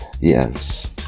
Yes